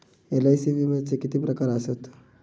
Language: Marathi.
एल.आय.सी विम्याचे किती प्रकार आसत?